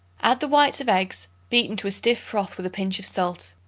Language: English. add the whites of eggs, beaten to a stiff froth with a pinch of salt.